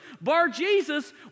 Bar-Jesus